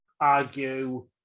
argue